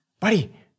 Buddy